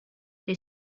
they